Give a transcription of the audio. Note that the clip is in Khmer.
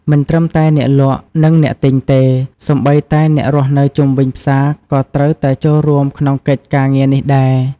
មិនត្រឹមតែអ្នកលក់ និងអ្នកទិញទេ សូម្បីតែអ្នករស់នៅជុំវិញផ្សារក៏ត្រូវតែចូលរួមក្នុងកិច្ចការងារនេះដែរ។